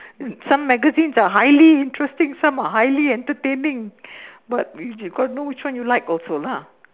some magazine are highly interesting some are highly entertaining but you got to know which one you like also lah